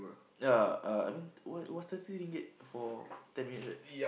ya uh I mean it it was thirty ringgit for ten minutes right